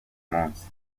munsi